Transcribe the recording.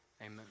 Amen